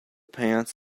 pants